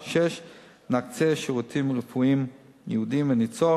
6. נקצה שירותים רפואיים ייעודיים וניצור